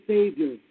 Savior